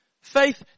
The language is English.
Faith